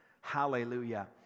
Hallelujah